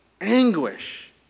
anguish